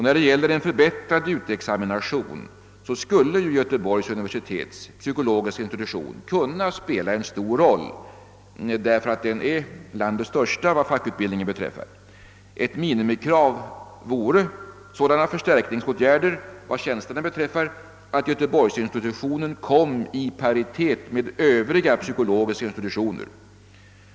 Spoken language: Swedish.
När det gäller en förbättrad utexamination skulle Göteborgs universitets psykologiska institution kunna spela en stor roll, eftersom den är landets största vad fackutbildningen beträffar. Ett minimikrav vore sådana förstärkningsåtgärder i fråga om tjänsterna att göteborgsinstitutionen komme i paritet med övriga psykologiska institutioner.